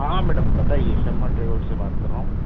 हाँ मैडम बताइए शर्मा ट्रैवल से बात कर रहा हूँ